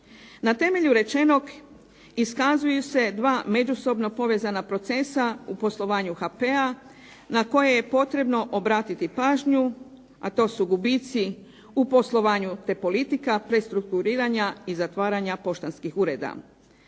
Na temelju rečenog iskazuju se dva međusobno povezana procesa u poslovanju HP-a na koje je potrebno obratiti pažnju, a to su gubici u poslovanju te politika, prestrukturiranja i zatvaranja poštanskih ureda.